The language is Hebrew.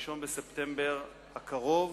ב-1 בספטמבר הקרוב,